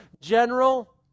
general